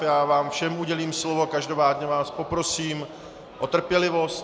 Já vám všem udělím slovo, každopádně vás poprosím o trpělivost.